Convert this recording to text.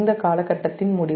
இந்த காலகட்டத்தின் முடிவு